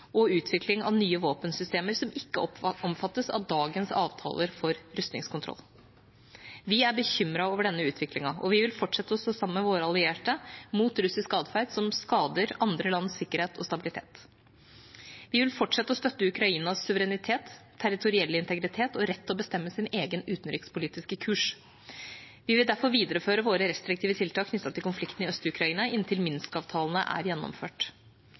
og utvikling av nye våpensystemer som ikke omfattes av dagens avtaler for rustningskontroll. Vi er bekymret over denne utviklingen, og vi vil fortsette å stå sammen med våre allierte mot russisk atferd som skader andre lands sikkerhet og stabilitet. Vi vil fortsette å støtte Ukrainas suverenitet, territorielle integritet og rett til å bestemme sin egen utenrikspolitiske kurs. Vi vil derfor videreføre våre restriktive tiltak knyttet til konflikten i Øst-Ukraina inntil Minsk-avtalene er gjennomført.